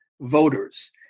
voters